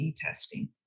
testing